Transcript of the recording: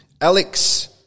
Alex